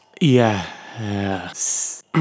Yes